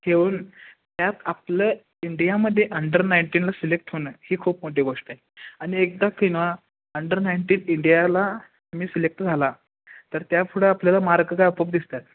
खेळून त्यात आपलं इंडियामध्ये अंडर नाईनटीनला सिलेक्ट होणं ही खूप मोठी गोष्ट आहे आणि एकदा किंवा अंडर नाईनटीन इंडियाला तुम्ही सिलेक्ट झाला तर त्या पुढं आपल्याला मार्ग काय आपोआप दिसतात